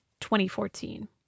2014